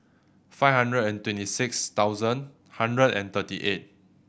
five hundred and twenty six thousand hundred and thirty eight